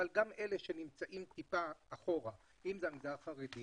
אבל גם אלה שנמצאים מעט אחורה אם זה המגזר החרדי,